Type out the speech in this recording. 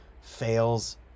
fails